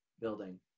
building